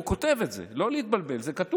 הוא כותב את זה, לא להתבלבל, זה כתוב.